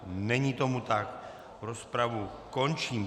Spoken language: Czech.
Není tomu tak, rozpravu končím.